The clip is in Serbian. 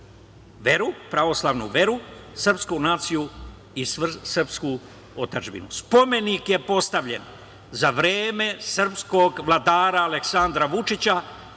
veru, pravoslavnu veru, srpsku naciju i srpsku otadžbinu. Spomenik je postavljen za vreme srpskog vladara Aleksandra Vučića,